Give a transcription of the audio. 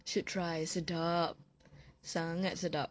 should try sedap sangat sedap